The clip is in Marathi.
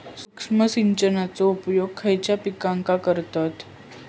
सूक्ष्म सिंचनाचो उपयोग खयच्या पिकांका करतत?